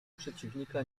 przeciwnika